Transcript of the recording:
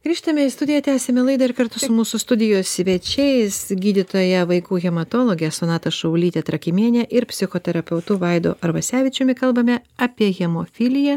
grįžtame į studiją tęsime laidą ir kartu su mūsų studijos svečiais gydytoja vaikų hematologe sonata šaulyte trakymiene ir psichoterapeutu vaidu arvasevičiumi kalbame apie hemofiliją